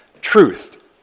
truth